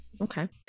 Okay